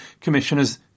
commissioners